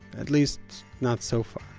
at least not so far.